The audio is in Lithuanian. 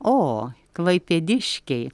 o klaipėdiškiai